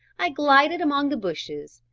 i glided among the bushes,